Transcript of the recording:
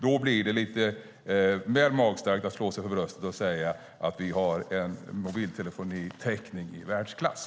Då blir det lite väl magstarkt att slå sig för bröstet och säga att vi har en mobiltelefonitäckning i världsklass.